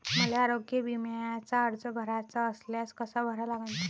मले आरोग्य बिम्याचा अर्ज भराचा असल्यास कसा भरा लागन?